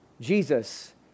Jesus